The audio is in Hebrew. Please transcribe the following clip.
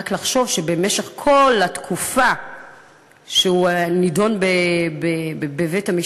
רק לחשוב שבמשך כל התקופה שהוא נדון בבית-משפט,